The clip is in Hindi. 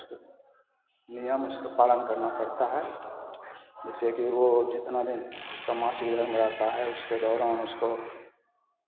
नियम उसका पालन करना पड़ता है जैसे कि वो जितना दिन उसका मासिक धर्म रहता है उसके दौरान उसको